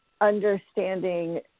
understanding